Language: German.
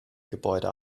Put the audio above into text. gebäude